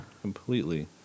Completely